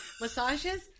massages